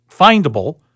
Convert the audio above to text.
findable